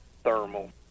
thermal